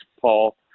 Paul